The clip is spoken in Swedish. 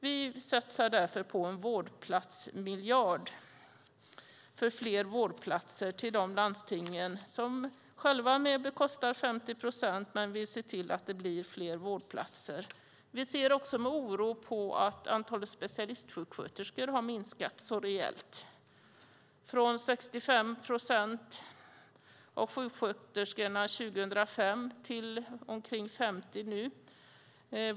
Vi satsar därför på en vårdplatsmiljard för fler vårdplatser till de landsting som själva är med och bekostar 50 procent. Vi ser alltså till att det blir fler vårdplatser. Vi ser med oro på att antalet specialistsjuksköterskor har minskat så rejält - från 65 procent av sjuksköterskorna år 2005 till omkring 50 procent nu.